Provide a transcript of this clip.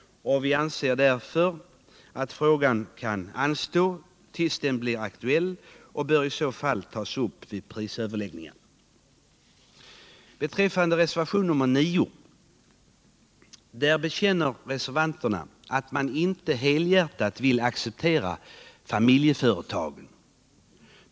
Vi finner därför att frågan — Nr 54 kan anstå tills den blir aktuell och att den då bör tas upp i samband med prisöverläggningarna. I reservationen 9 bekänner reservanterna att de inte helhjärtat vill acceptera familjeföretagen.